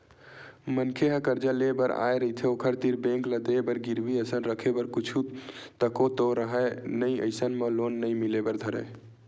मनखे ह करजा लेय बर आय रहिथे ओखर तीर बेंक ल देय बर गिरवी असन रखे बर कुछु तको तो राहय नइ अइसन म लोन नइ मिले बर धरय